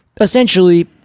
essentially